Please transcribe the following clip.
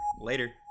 Later